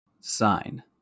Sign